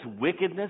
wickedness